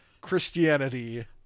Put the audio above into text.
Christianity